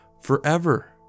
forever